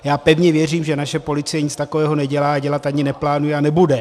Já pevně věřím, že naše policie nic takového nedělá a dělat ani neplánuje a nebude.